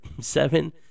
seven